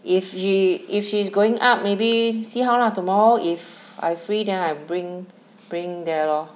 if she if she is going up maybe see how lah tomorrow if I free then I bring bring there lor